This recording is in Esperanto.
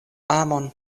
amon